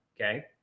okay